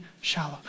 shallow